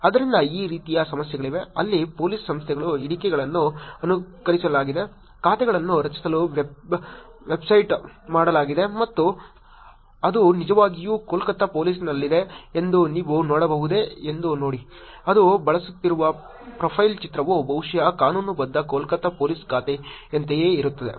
ಆದ್ದರಿಂದ ಈ ರೀತಿಯ ಸಮಸ್ಯೆಗಳಿವೆ ಅಲ್ಲಿ ಪೊಲೀಸ್ ಸಂಸ್ಥೆಗಳ ಹಿಡಿಕೆಗಳನ್ನು ಅನುಕರಿಸಲಾಗಿದೆ ಖಾತೆಗಳನ್ನು ರಚಿಸಲು ಮಾಸ್ಟಿಬೇಟ್ ಮಾಡಲಾಗಿದೆ ಮತ್ತು ಅದು ನಿಜವಾಗಿಯೂ ಕೋಲ್ಕತ್ತಾ ಪೋಲೀಸ್ನಲ್ಲಿದೆ ಎಂದು ನೀವು ನೋಡಬಹುದೇ ಎಂದು ನೋಡಿ ಅದು ಬಳಸುತ್ತಿರುವ ಪ್ರೊಫೈಲ್ ಚಿತ್ರವು ಬಹುಶಃ ಕಾನೂನುಬದ್ಧ ಕೋಲ್ಕತ್ತಾ ಪೊಲೀಸ್ ಖಾತೆಯಂತೆಯೇ ಇರುತ್ತದೆ